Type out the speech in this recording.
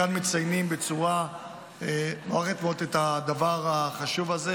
כאן מציינים בצורה מוארכת מאוד את הדבר החשוב הזה,